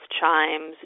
chimes